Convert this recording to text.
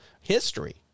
history